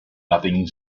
nothing